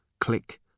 click